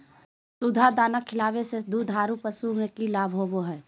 सुधा दाना खिलावे से दुधारू पशु में कि लाभ होबो हय?